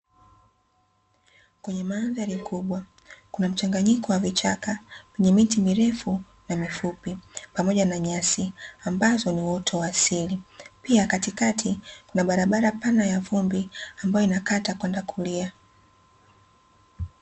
Kwenye mandhari kubwa kuna mchanganyiko wa vichaka venye miti mirefu na mifupi pamoja nyasi ambazo ni uoto wa asili. Pia katikati kuna barabara pana ya vumbi ambayo inakata kwenda kulia.